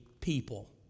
people